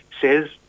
says